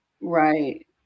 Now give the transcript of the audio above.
Right